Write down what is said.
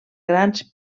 grans